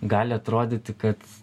gali atrodyti kad